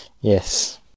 Yes